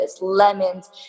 lemons